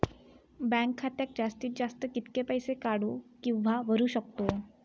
Bank खात्यात जास्तीत जास्त कितके पैसे काढू किव्हा भरू शकतो?